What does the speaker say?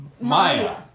Maya